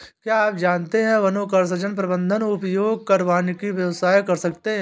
क्या आप जानते है वनों का सृजन, प्रबन्धन, उपयोग कर वानिकी व्यवसाय कर सकते है?